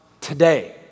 today